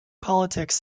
politics